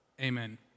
Amen